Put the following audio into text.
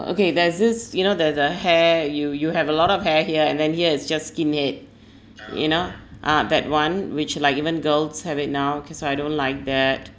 okay there's this you know the the hair you you have a lot of hair here and then here is just skinhead you know ah that one which like even girls have it now cause I don't like that